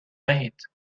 وحید